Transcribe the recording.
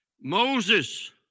Moses